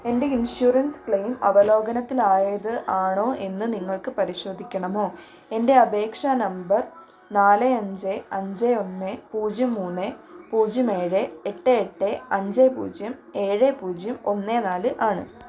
എൻ്റെ insurance claim അവലോകനത്തിലായത് ആണോ എന്ന് നിങ്ങൾക്ക് പരിശോധിക്കണമോ എൻ്റെ അപേക്ഷ നമ്പർ നാല് അഞ്ച് അഞ്ച് ഒന്ന് പൂജ്യം മൂന്ന് പൂജ്യം ഏഴ് എട്ട് എട്ട് അഞ്ച് പൂജ്യം ഏഴ് പൂജ്യം ഒന്ന് നാല് ആണ്